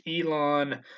Elon